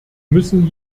müssen